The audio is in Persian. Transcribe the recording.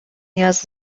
نیاز